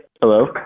Hello